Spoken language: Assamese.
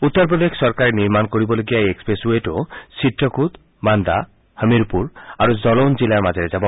উত্তৰ প্ৰদেশ চৰকাৰে নিৰ্মাণ কৰিবলগীয়া এই এক্সপ্ৰেছ ৱেটো চিত্ৰকূট বান্দা হমিৰপুৰ আৰু জালৌন জিলাৰ মাজেৰে যাব